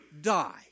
die